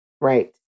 Right